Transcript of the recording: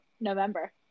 November